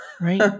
Right